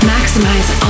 Maximize